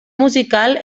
musical